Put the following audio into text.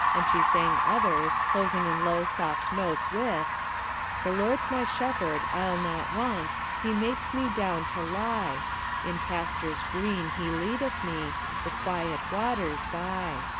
and she sang others, closing in low, soft notes, with the lord's my shepherd, i'll not want, he makes me down to lie in pastures green he leadeth me the quiet waters by.